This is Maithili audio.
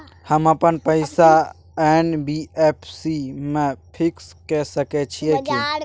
हम अपन पैसा एन.बी.एफ.सी म फिक्स के सके छियै की?